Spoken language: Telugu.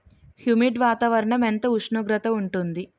హ్యుమిడ్ వాతావరణం ఎంత ఉష్ణోగ్రత ఉంటుంది?